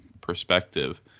perspective